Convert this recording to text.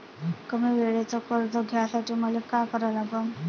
कमी वेळेचं कर्ज घ्यासाठी मले का करा लागन?